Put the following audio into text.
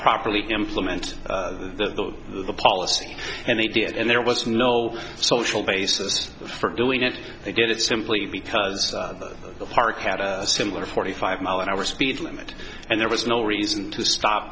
properly implement the policy and they did and there was no social basis for doing it they did it simply because the park had a similar forty five mile an hour speed limit and there was no reason to stop